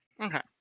okay